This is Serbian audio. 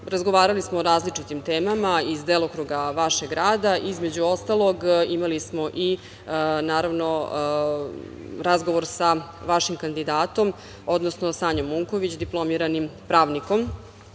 Razgovarali smo o različitim temama iz delokruga vašeg rada. Između ostalog, imali smo i razgovor sa vašim kandidatom, odnosno Sanjom Unković diplomiranim pravnikom